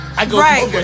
Right